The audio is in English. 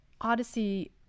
Odyssey